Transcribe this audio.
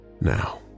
now